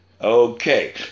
Okay